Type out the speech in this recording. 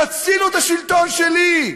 תצילו את השלטון שלי.